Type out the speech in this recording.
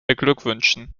beglückwünschen